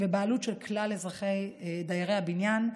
והם בבעלות של כלל דיירי הבניין.